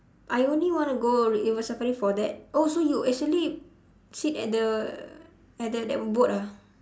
I only want to go river-safari for that oh so you actually sit at the at the that boat ah